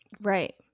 Right